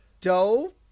doe